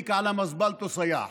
(אומר בערבית ומתרגם:)